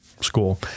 school